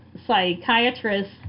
psychiatrist